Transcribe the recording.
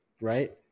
right